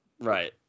Right